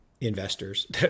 investors